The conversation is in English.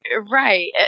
Right